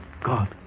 God